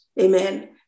Amen